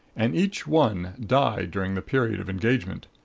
and each one died during the period of engagement,